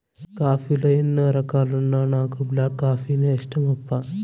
coffee లో ఎన్నో రకాలున్నా నాకు బ్లాక్ కాఫీనే ఇష్టమప్పా